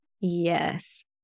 Yes